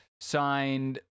signed